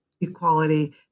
equality